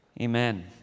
Amen